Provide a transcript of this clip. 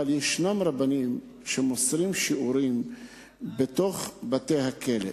אבל ישנם רבנים שמוסרים שיעורים בתוך בתי-הכלא,